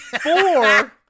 Four